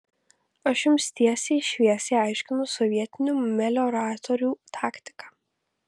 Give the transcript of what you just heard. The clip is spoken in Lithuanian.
aš jums teisiai šviesiai aiškinu sovietinių melioratorių taktiką